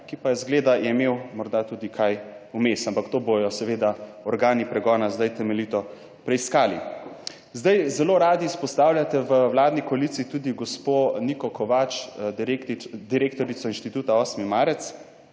ki pa, zgleda, je imel morda tudi kaj vmes, ampak to bodo seveda organi pregona zdaj temeljito preiskali. Zdaj zelo radi izpostavljate v vladni koaliciji tudi gospo Niko Kovač, direktorico Inštituta Osmi marec,